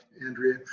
Andrea